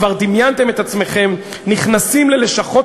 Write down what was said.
כבר דמיינתם את עצמכם נכנסים ללשכות